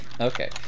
Okay